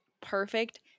perfect